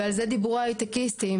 ועל זה דיברו ההייטקיסטים,